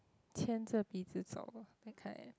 牵着鼻子走 that kind